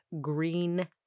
green